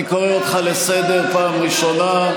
אני קורא אותך לסדר פעם ראשונה.